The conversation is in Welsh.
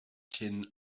cyn